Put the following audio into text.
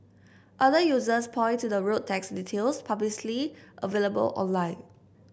other users point to the road tax details publicly available online